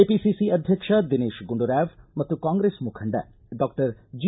KPCC ಅಧ್ವಕ್ಷ ದಿನೇಶ್ ಗುಂಡೂರಾವ್ ಮತ್ತು ಕಾಂಗ್ರೆಸ್ ಮುಖಂಡ ಡಾಕ್ಟರ್ ಜಿ